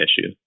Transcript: issue